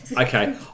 Okay